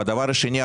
והדבר השני,